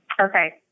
Okay